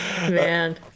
Man